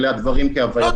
אלה הדברים כהווייתם.